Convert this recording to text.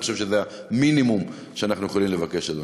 אני חושב שזה המינימום שאנחנו יכולים לעשות,